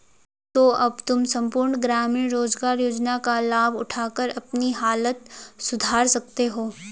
तो अब तुम सम्पूर्ण ग्रामीण रोज़गार योजना का लाभ उठाकर अपनी हालत सुधार सकते हो